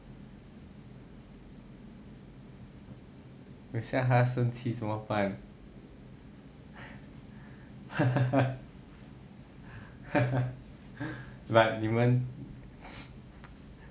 等一下他生气怎么办 but 你们